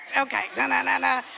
Okay